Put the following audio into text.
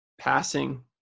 passing